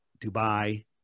Dubai